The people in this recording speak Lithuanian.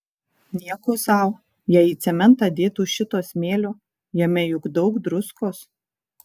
nieko sau jei į cementą dėtų šito smėlio jame juk daug druskos